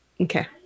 Okay